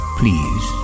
please